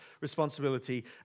responsibility